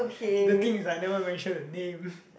the thing is like I never mention the name